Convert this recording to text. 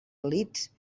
elits